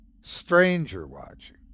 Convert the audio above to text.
stranger-watching